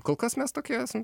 kol kas mes tokie esam